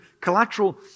Collateral